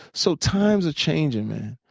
so times are changing, man.